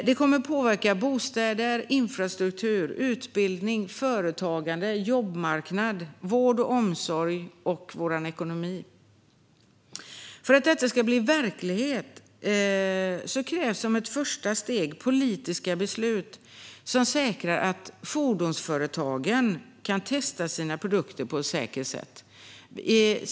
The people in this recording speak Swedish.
Detta mer att påverka bostäder, infrastruktur, utbildning, företagande, jobbmarknad, vård och omsorg och vår ekonomi. För att detta ska bli verklighet krävs som ett första steg politiska beslut som säkrar att fordonsföretagen kan testa sina produkter på ett säkert sätt.